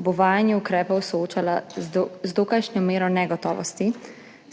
ob uvajanju ukrepov soočala z dokajšnjo mero negotovosti,